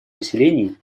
поселений